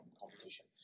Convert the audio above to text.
competition